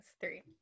three